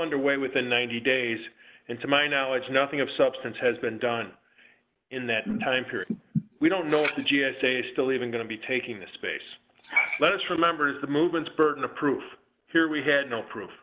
underway within ninety days and to my knowledge nothing of substance has been done in that time period we don't know if the g s a is still even going to be taking this space let us remember the movement's burden of proof here we had no proof